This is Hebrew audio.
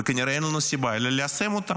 וכנראה אין לנו סיבה אלא ליישם אותה.